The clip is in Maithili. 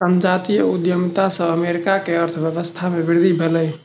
संजातीय उद्यमिता से अमेरिका के अर्थव्यवस्था में वृद्धि भेलै